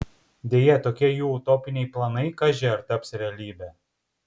deja tokie jų utopiniai planai kaži ar taps realybe